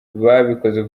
babikoze